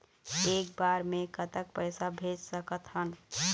एक बार मे कतक पैसा भेज सकत हन?